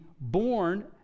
born